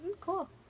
cool